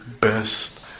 best